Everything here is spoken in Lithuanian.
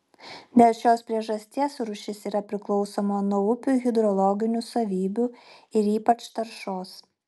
dėl šios priežasties rūšis yra priklausoma nuo upių hidrologinių savybių ir ypač taršos